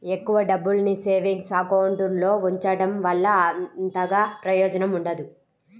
ఎక్కువ డబ్బుల్ని savings account లో ఉంచడం వల్ల అంతగా ప్రయోజనం ఉండదు